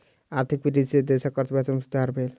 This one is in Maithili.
आर्थिक वृद्धि सॅ देशक अर्थव्यवस्था में सुधार भेल